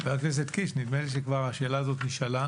חבר הכנסת קיש, נדמה לי שהשאלה הזאת כבר נשאלה.